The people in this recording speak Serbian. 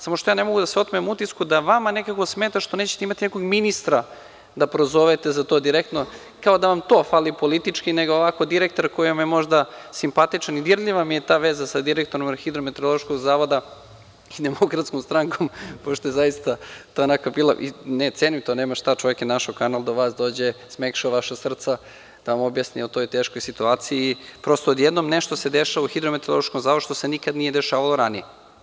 Samo što ja ne mogu da se otmem utisku da vama nekako smeta što nećete imati nekog ministra da prozovete za to direktno, kao da vam to fali politički, nego onako direktor koji vam je možda simpatičan i dirljiva mi je ta veza sa direktorom RHMZ-a i DS pošto je, zaista, to bila, ne, cenim to, nema šta, čovek je našao kanal da do vas dođe, smekšao vaša srca, da vam objasni o toj teškoj situaciji, prosto, odjednom nešto se dešava u RHMZ što se nikad nije dešavalo ranije.